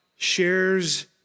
shares